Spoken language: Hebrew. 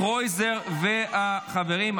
קרויזר וחברים.